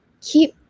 keep